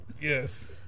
Yes